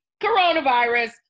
coronavirus